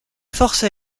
force